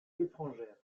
étrangère